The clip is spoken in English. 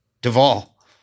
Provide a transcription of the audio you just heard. Duvall